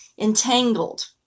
entangled